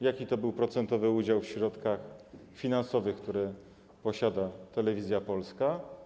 Jaki to był procentowy udział w środkach finansowych, które posiada Telewizja Polska?